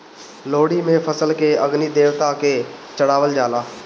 लोहड़ी में फसल के अग्नि देवता के चढ़ावल जाला